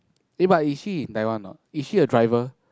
eh but is she in Taiwan or not is she a driver